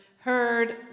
heard